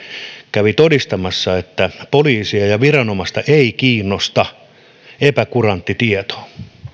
kävi todistamassa että poliisia ja viranomaisia ei kiinnosta epäkurantti tieto